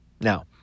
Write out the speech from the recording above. Now